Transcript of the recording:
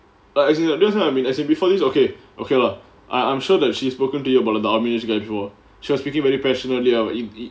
like as in definitely as in before this okay okay lah I I'm sure that she has spoken to him about the army's schedule she was speaking very passionately about it